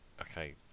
okay